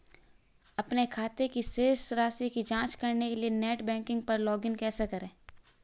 अपने खाते की शेष राशि की जांच करने के लिए नेट बैंकिंग पर लॉगइन कैसे करें?